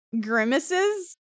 grimaces